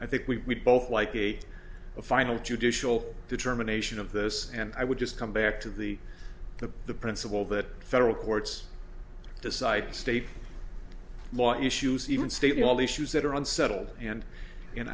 i think we both like the final judicial determination of this and i would just come back to the the the principle that federal courts decide state law issues even state all the issues that are on settled and and